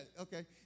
Okay